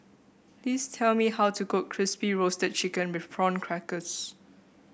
please tell me how to cook Crispy Roasted Chicken with Prawn Crackers